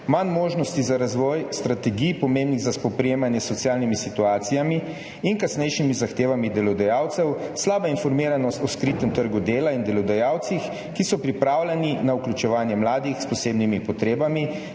manj možnosti za razvoj strategij, pomembnih za spoprijemanje s socialnimi situacijami, in kasnejšimi zahtevami delodajalcev, slaba informiranost o skritem trgu dela in delodajalcih, ki so pripravljeni na vključevanje mladih s posebnimi potrebami,